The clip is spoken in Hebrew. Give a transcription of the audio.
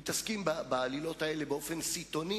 מתעסקים בעלילות האלה באופן סיטוני,